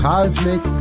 Cosmic